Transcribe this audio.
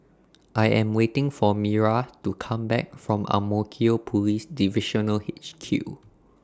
I Am waiting For Myra to Come Back from Ang Mo Kio Police Divisional H Q